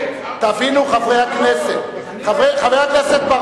חברי הכנסת,